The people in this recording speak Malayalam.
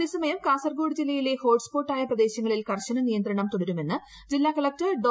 അതേസമയം കാസർകോട് ജില്ലയിലെ ഹോട്ട്സ്പോട്ട് ആയ പ്രദേശങ്ങളിൽ കർശന നിയന്ത്രണം തുടരുമെന്ന് ജില്ലാ കളക്ടർ ഡോ